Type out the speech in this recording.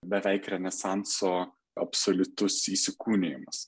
beveik renesanso absoliutus įsikūnijimas